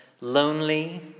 lonely